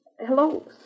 Hello